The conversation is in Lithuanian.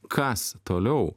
kas toliau